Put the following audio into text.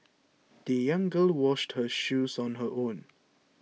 the young girl washed her shoes on her own